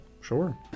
sure